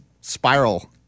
spiral